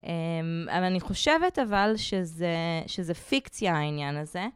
אבל אני חושבת אבל שזה פיקציה העניין הזה.